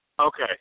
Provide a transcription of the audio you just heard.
Okay